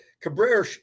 Cabrera